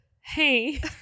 Hey